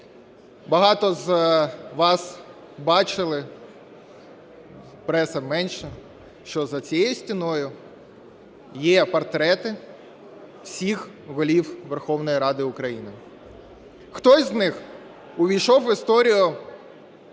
Багато з вас бачили, преса менше, що за цією стіною є портрети всіх голів Верховної Ради України. Хтось з них увійшов в історію